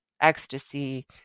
ecstasy